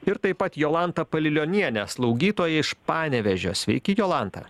ir taip pat jolanta palilionienė slaugytoja iš panevėžio sveiki jolanta